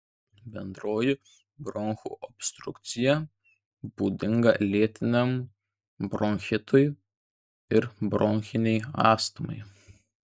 bendroji bronchų obstrukcija būdinga lėtiniam bronchitui ir bronchinei astmai